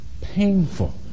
painful